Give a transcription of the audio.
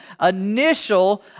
initial